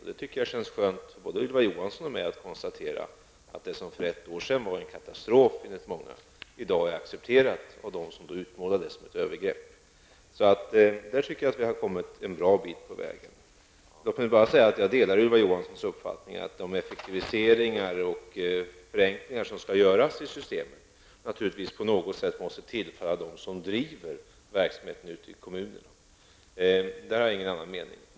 Det måste kännas skönt för både Ylva Johansson och mig att kunna konstatera att det som för ett år sedan var en katastrof enligt många i dag är accepterat också av dem som utmålade det som ett övergrepp. Där tycker jag att vi har kommit en bra bit på vägen. Låt mig sedan säga att jag delar Ylva Johanssons uppfattning att vinsterna av de effektiviseringar och förenklingar som skall göras i systemet naturligtvis på något vis måste tillfalla dem som driver verksamheten ute i kommunerna. Där har jag ingen annnan mening.